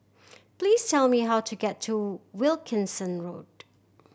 please tell me how to get to Wilkinson Road